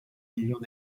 millions